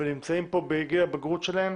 ושנמצאים פה בגיל הבגרות שלהם,